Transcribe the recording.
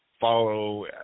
follow